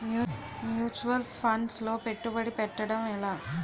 Mutual funds లో పెట్టుబడి పెట్టడం ఎలా?